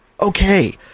okay